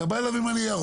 אתה בא אליו עם הניירות,